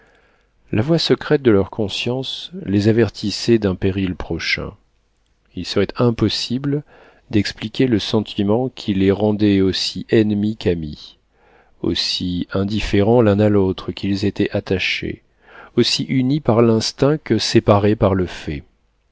la voix secrète de leur conscience les avertissait elle d'un péril prochain il serait impossible d'expliquer le sentiment qui les rendait aussi ennemis qu'amis aussi indifférents l'un à l'autre qu'ils étaient attachés aussi unis par l'instinct que séparés par le fait